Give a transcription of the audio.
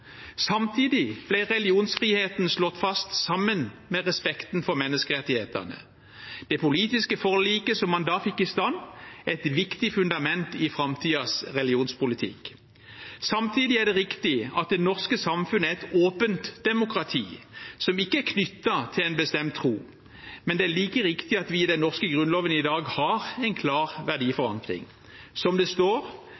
Samtidig ble religionsfriheten slått fast, sammen med respekten for menneskerettighetene. Det politiske forliket som man da fikk i stand, er et viktig fundament i framtidens religionspolitikk. Samtidig er det riktig at det norske samfunn er et åpent demokrati som ikke er knyttet til en bestemt tro, men det er like riktig at vi i den norske Grunnloven i dag har en klar